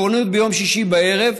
תורנות ביום שישי בערב,